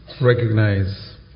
recognize